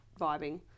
vibing